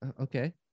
okay